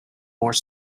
more